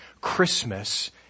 Christmas